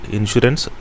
Insurance